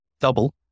double